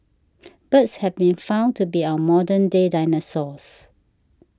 birds have been found to be our modern day dinosaurs